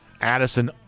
addison